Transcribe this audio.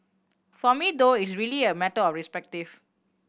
for me though it's really a matter of respective